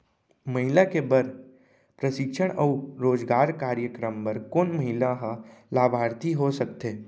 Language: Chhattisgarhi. महिला के बर प्रशिक्षण अऊ रोजगार कार्यक्रम बर कोन महिला ह लाभार्थी हो सकथे?